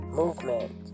movement